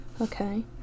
okay